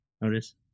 Notice